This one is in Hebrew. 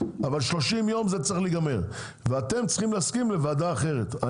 אבל שלושים יום זה צריך להיגמר ואתם צריכים להסכים לוועדה אחרת,